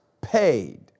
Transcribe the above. paid